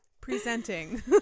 presenting